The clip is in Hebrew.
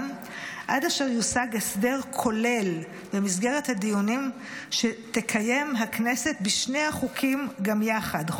עד אשר יושג הסדר כולל במסגרת הדיונים שתקיים הכנסת בשני החוקים גם יחד,